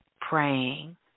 praying